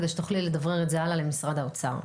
כדי שתוכלי לדברר את זה הלאה למשרד האוצר.